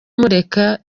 mureka